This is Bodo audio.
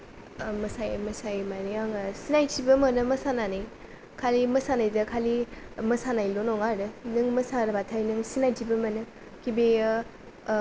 मोसायै मोसायै माने आङो सिनायथिबो मोनो मोसानानै खालि मोसानायदो खालि मोसानायल' नङा आरो नों मोसाबाथाय नों सिनायथि बो मोनो कि बेयो